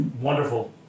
wonderful